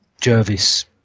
Jervis